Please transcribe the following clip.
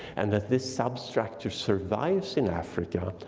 and that this substructure survives in africa,